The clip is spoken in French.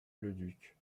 leduc